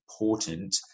important